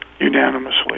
unanimously